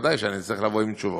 ובוודאי שאצטרך לבוא עם תשובות.